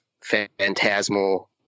phantasmal